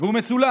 והוא מצולם,